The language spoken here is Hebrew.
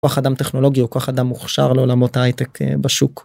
כוח אדם טכנולוגי הוא כוח אדם מוכשר לעולמות ההייטק בשוק.